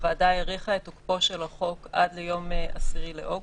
הוועדה האריכה את תוקפו של החוק עד ליום 10 באוגוסט.